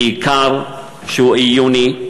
בעיקר עיוני,